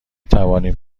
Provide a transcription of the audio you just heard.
توانیم